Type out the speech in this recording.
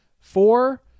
four